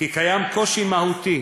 קושי מהותי